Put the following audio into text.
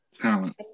Talent